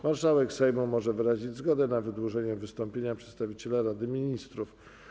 Marszałek Sejmu może wyrazić zgodę na wydłużenie wystąpienia przedstawiciela Rady Ministrów.